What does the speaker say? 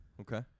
Okay